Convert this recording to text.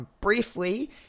Briefly